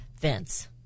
fence